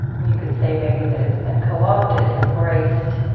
you could say maybe that it's been co-opted, embraced.